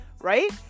right